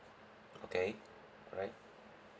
okay all right